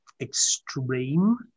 extreme